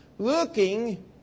looking